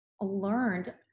learned